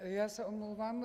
Já se omlouvám.